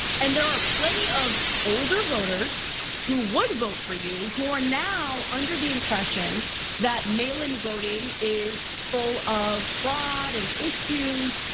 and there are plenty of older voters who would vote for you who are now under the impression that mail-in-voting is full of fraud and issues.